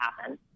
happen